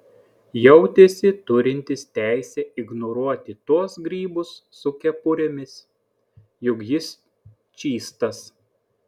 jautėsi turintis teisę ignoruoti tuos grybus su kepurėmis juk jis čystas